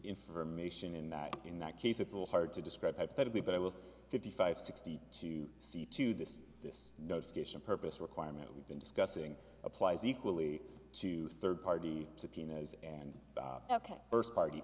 information in that in that case it was hard to describe hypothetically but i was fifty five sixty to see to this this notification purpose requirement we've been discussing applies equally to third party subpoenas and ok first party